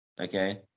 okay